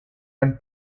and